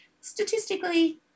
statistically